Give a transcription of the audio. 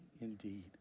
indeed